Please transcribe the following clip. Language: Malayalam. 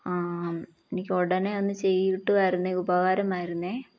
ആ എനിക്ക് ഉടനെ ഒന്ന് ചെയ്തുകിട്ടുവായിരുന്നെങ്കിൽ ഉപകാരമായിരുന്നേ